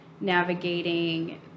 navigating